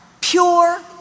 pure